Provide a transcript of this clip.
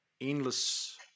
endless